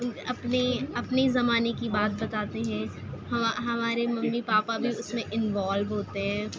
ان کے اپنے اپنے زمانے کی بات بتاتے ہيں ہمیں ہمارے ممّی پاپا بھى اس ميں انوالو ہوتے ہیں